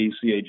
CAG